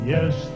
Yes